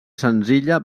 senzilla